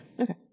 Okay